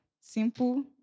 Simple